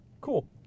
Cool